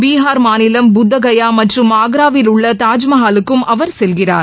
பீகார் மாநிலம் புத்தகயாமற்றும் ஆக்ராவில் உள்ளதாஜ்மஹாலுக்கும் அவர் செல்கிறார்